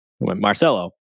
Marcelo